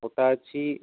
ଗୋଟିଏ ଅଛି